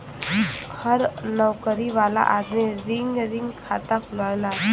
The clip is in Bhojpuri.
हर नउकरी वाला आदमी रिकरींग खाता खुलवावला